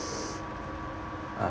uh